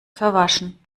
verwaschen